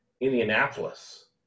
Indianapolis